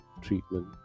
treatment